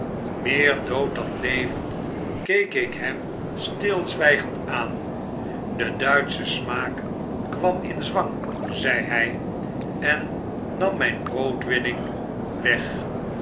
meer dood dan levend keek ik hem stilzwggend aan de duitsche smaak kwam in zwang zeide hij en nam mjjn broodwinning weg